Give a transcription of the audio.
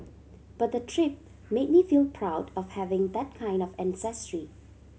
but the trip made me feel proud of having that kind of ancestry